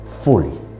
fully